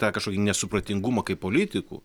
tą kažkokį nesupratingumą kaip politikų